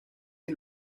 est